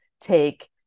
take